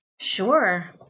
Sure